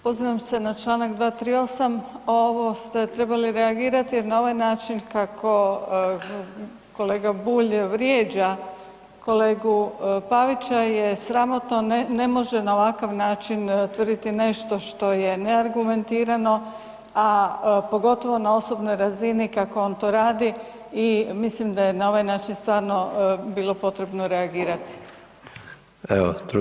Pozivam se na Članak 238. ovo ste trebali reagirati jer na ovaj način kako kolega Bulj vrijeđa kolegu Pavića je sramotno, ne može na ovakav način tvrditi nešto što je neargumentirano, a pogotovo na osobnoj razini kako on to radi i mislim da je na ovaj način stvarno bilo potrebno reagirati.